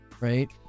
right